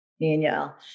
Danielle